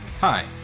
Hi